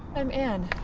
i'm anne.